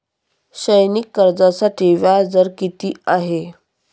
शैक्षणिक कर्जासाठी व्याज दर किती आहे?